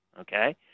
okay